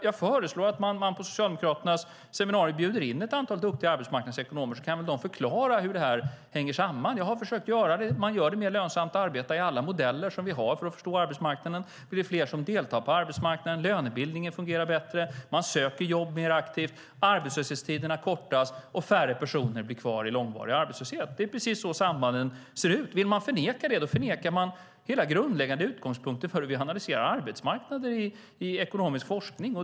Jag föreslår att man till Socialdemokraternas seminarier bjuder in ett antal duktiga arbetsmarknadsekonomer så att de kan förklara hur det här hänger samman. Jag har försökt göra det. Vi gör det mer lönsamt att arbeta i alla modeller som vi har för att förstå arbetsmarknaden. Vi blir fler som deltar på arbetsmarknaden, lönebildningen fungerar bättre, människor söker jobb mer aktivt, arbetslöshetstiderna kortas och färre personer blir kvar i långvarig arbetslöshet. Det är precis så sambanden ser ut. Vill man förneka det förnekar man hela den grundläggande utgångspunkten för hur vi analyserar arbetsmarknader i ekonomisk forskning.